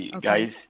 guys